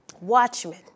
Watchmen